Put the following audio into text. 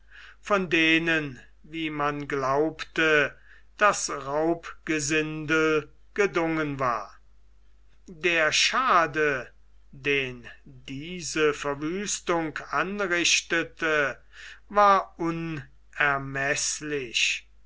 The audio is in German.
von denen wie man glaubte das raubgesindel gedungen war der schaden den diese verwüstung anrichtete war unermeßlich